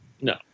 No